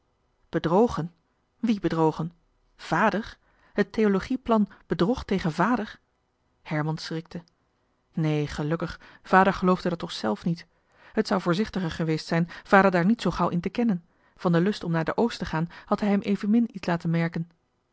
bedrogen wie bedrogen vader het theologieplan bedrog tegen vader herman schrikte neen gelukkig vader geloofde dat toch zelf niet het zou voorzichtiger geweest zijn vader daar niet zoo gauw in te kennen van den lust om naar den oost te gaan had hij hem evenmin iets laten merken